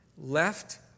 left